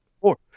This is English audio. four